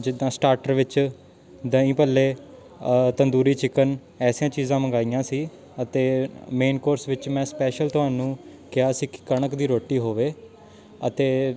ਜਿੱਦਾਂ ਸਟਾਰਟਰ ਵਿੱਚ ਦਹੀਂ ਭੱਲੇ ਤੰਦੂਰੀ ਚਿਕਨ ਐਸੀਆਂ ਚੀਜ਼ਾਂ ਮੰਗਵਾਈਆਂ ਸੀ ਅਤੇ ਮੇਨ ਕੋਰਸ ਵਿੱਚ ਮੈਂ ਸਪੈਸ਼ਲ ਤੁਹਾਨੂੰ ਕਿਹਾ ਸੀ ਕਿ ਕਣਕ ਦੀ ਰੋਟੀ ਹੋਵੇ ਅਤੇ